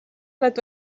oled